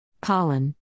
Pollen